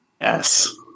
Yes